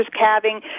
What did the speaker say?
calving